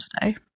today